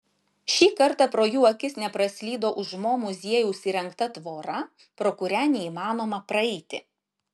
šį kartą pro jų akis nepraslydo už mo muziejaus įrengta tvora pro kurią neįmanoma praeiti